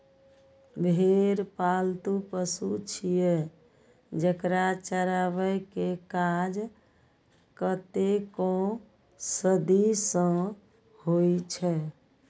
भेड़ पालतु पशु छियै, जेकरा चराबै के काज कतेको सदी सं होइ छै